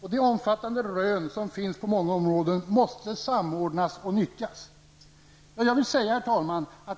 och de omfattande rön som finns på många områden måste samordnas och nyttjas.